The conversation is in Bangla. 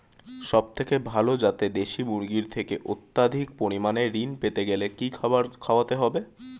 সবথেকে ভালো যাতে দেশি মুরগির থেকে অত্যাধিক পরিমাণে ঋণ পেতে গেলে কি খাবার খাওয়াতে হবে?